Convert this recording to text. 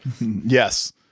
Yes